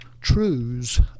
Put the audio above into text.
truths